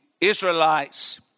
Israelites